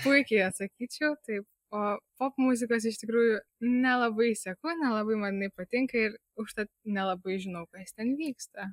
puikiai atsakyčiau taip o popmuzikos iš tikrųjų nelabai seku nelabai man jinai patinka ir užtat nelabai žinau kas ten vyksta